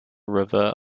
river